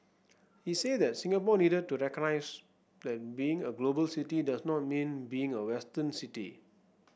he said that Singapore needed to recognize that being a global city does not mean being a Western city